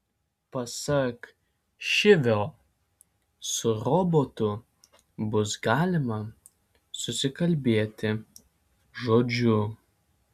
pasak šivio su robotu bus galima susikalbėti žodžiu